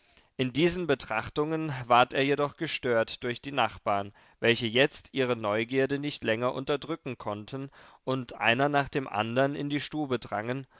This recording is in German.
in diesen betrachtungen ward er jedoch gestört durch die nachbarn welche jetzt ihre neugierde nicht länger unterdrücken konnten und einer nach dem andern in die stube drangen